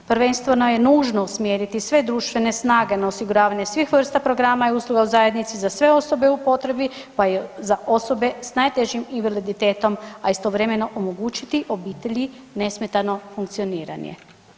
Prvenstveno je nužno usmjeriti sve društvene snage na osiguravanje svih vrsta programa i usluga u zajednici za sve osobe u potrebi, pa je za osobe sa najtežim invaliditetom, a istovremeno omogućiti obitelji nesmetano funkcioniranje.